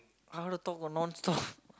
how to talk for non stop